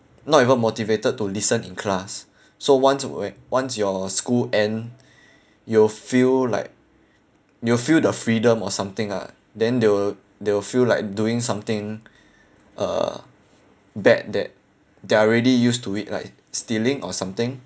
not even motivated to listen in class so once whe~ once your school end you'll feel like you'll feel the freedom or something ah then they will they will feel like doing something uh bad that they're are already used to it like stealing or something